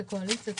כקואליציה,